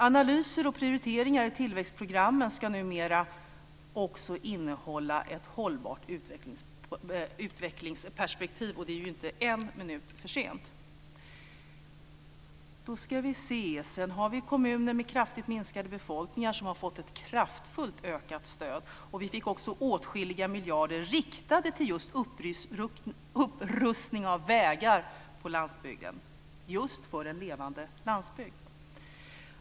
Analyser och prioriteringar i tillväxtprogrammen ska numera också innehålla ett hållbart utvecklingsperspektiv, och det är inte en minut för tidigt. Sedan har vi kommuner med kraftigt minskade befolkningar som har fått ett kraftfullt ökat stöd. Vi fick också igenom åtskilliga miljarder riktade till just upprustning av vägar på landsbygden, för en levande landsbygd.